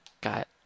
got